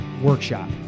workshop